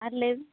ᱟᱨ ᱞᱟ ᱭᱢᱮ